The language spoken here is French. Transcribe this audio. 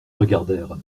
regardèrent